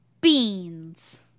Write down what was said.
Beans